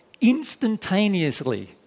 instantaneously